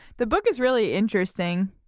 the book is really interesting.